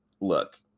look